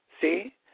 See